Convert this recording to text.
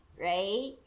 right